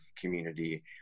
community